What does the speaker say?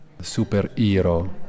superhero